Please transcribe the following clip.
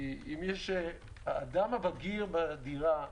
האדם הבגיר בדירה,